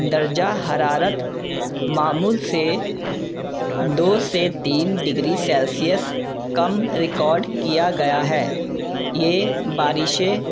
درجہ حرارت معمول سے دو سے تین ڈگری سیلسئس کم ریکارڈ کیا گیا ہے یہ بارشیں